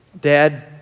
Dad